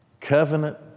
covenant